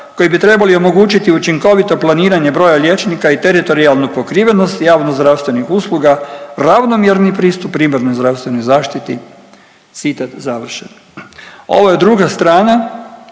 koji bi trebali omogućiti učinkovito planiranje broja liječnika i teritorijalnu pokrivenost javnozdravstvenih usluga, ravnomjerni pristup primarnoj zdravstvenoj zaštiti. Citat završen. Ovo je druga strana